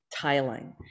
tiling